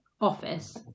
office